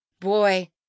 Boy